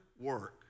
work